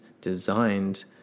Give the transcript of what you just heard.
designed